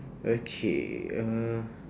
okay uh